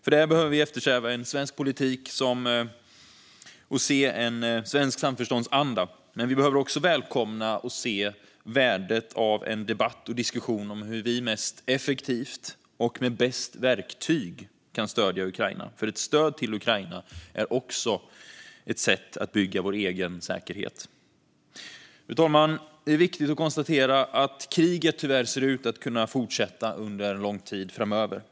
För det behöver vi eftersträva en svensk politik med samförståndsanda, men vi behöver också välkomna och se värdet av en debatt och diskussion om hur vi mest effektivt och med bäst verktyg kan stödja Ukraina. Ett stöd till Ukraina är också ett sätt att bygga vår egen säkerhet. Fru talman! Det är viktigt att konstatera att kriget tyvärr ser ut att kunna fortsätta under lång tid framöver.